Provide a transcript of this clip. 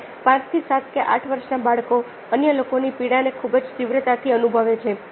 અને પાંચથી સાત કે આઠ વર્ષના બાળકો અન્ય લોકોની પીડા ને ખૂબ જ તીવ્રતાથી અનુભવે છે